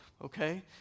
okay